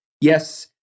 Yes